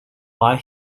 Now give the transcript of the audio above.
why